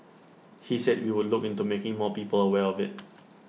he said he would look into making more people aware of IT